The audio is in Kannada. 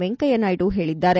ವೆಂಕಯ್ಣನಾಯ್ಡು ಹೇಳದ್ದಾರೆ